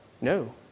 No